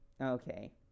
Okay